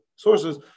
Sources